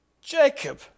Jacob